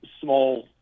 small